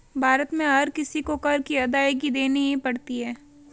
भारत में हर किसी को कर की अदायगी देनी ही पड़ती है